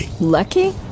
Lucky